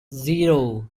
zero